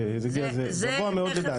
זה גבוה מאוד לדעתי.